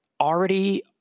already